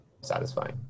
satisfying